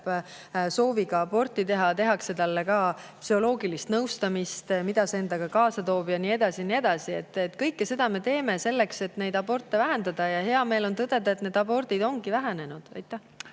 sooviga aborti teha, tehakse talle ka psühholoogilist nõustamist, mida see endaga kaasa toob ja nii edasi ja nii edasi. Kõike seda me teeme selleks, et abortide arvu vähendada. Ja hea meel on tõdeda, et see arv ongi vähenenud. Aitäh!